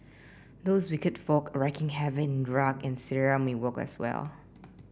those wicked folk wreaking havoc in Iraq and Syria may work as well